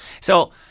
So-